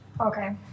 Okay